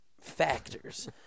factors